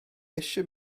eisiau